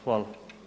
Hvala.